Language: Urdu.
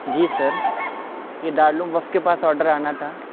جی سر یہ دارالعلوم وقف کے پاس آڈر آنا تھا